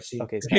Okay